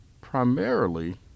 primarily